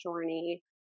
journey